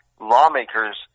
lawmakers